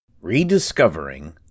Rediscovering